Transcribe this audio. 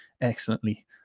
excellently